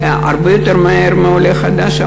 הרבה יותר מהר מעולה חדש.